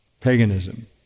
paganism